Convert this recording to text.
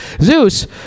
Zeus